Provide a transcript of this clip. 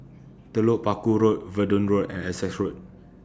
Telok Paku Road Verdun Road and Essex Road